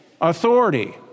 authority